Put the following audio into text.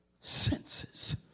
senses